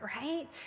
right